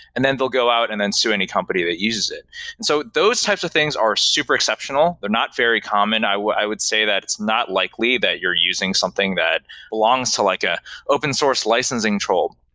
and then they'll go out and then sue any company that uses it and so those types of things are super exceptional. they're not very common. i would i would say that it's not likely that you're using something that belongs to like an ah open source licensing troll,